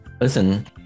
Listen